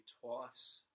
twice